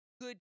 good